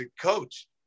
coach